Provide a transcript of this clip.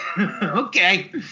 Okay